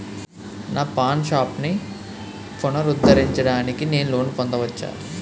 నా పాన్ షాప్ని పునరుద్ధరించడానికి నేను లోన్ పొందవచ్చా?